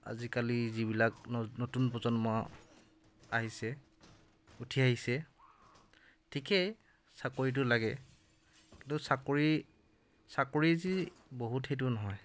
আজিকালি যিবিলাক নতুন প্ৰজন্ম আহিছে উঠি আহিছে ঠিকেই চাকৰিটো লাগে কিন্তু চাকৰি চাকৰি যি বহুত সেইটো নহয়